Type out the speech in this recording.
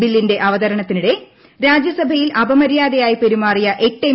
ബില്ലിന്റെ അവതരണത്തിനിടെ രാജ്യസഭയിൽ അപമര്യാദയായി പെരുമാറിയ എട്ട് എം